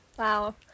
Wow